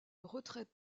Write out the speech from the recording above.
retraite